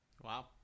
wow